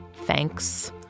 thanks